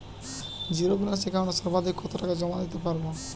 Zero balance একাউন্টে সর্বাধিক কত টাকা জমা দিতে পারব?